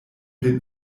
den